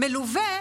מלווה,